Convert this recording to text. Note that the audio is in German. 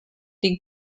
den